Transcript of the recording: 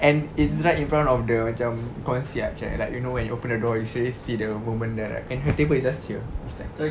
and it's right in front of the macam concierge eh like you know when you open the door you see the woman there right and her table is just here beside